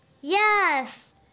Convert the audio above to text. Yes